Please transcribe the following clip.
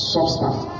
Substance